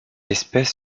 espèce